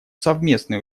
совместные